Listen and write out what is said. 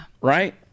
Right